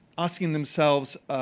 asking themselves,